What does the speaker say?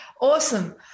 Awesome